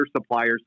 suppliers